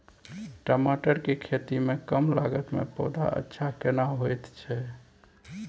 टमाटर के खेती में कम लागत में पौधा अच्छा केना होयत छै?